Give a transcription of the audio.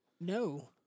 No